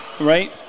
right